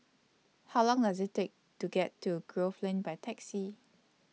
How Long Does IT Take to get to Grove Lane By Taxi